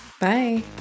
Bye